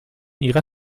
ihrer